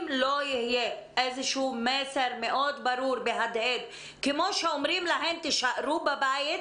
אם לא יהיה מסר ברור ומהדהד כמו שאומרים להן תישארו בבית,